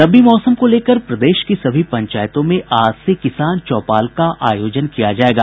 रबी मौसम को लेकर प्रदेश की सभी पंचायतों में आज से किसान चौपाल का आयोजन किया जायेगा